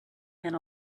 and